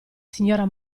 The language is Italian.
signora